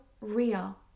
real